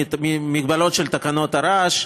מהמגבלות של תקנות הרעש.